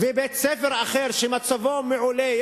ובית-ספר אחר שמצבו מעולה,